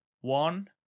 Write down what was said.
one